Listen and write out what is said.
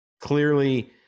clearly